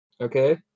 Okay